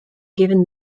given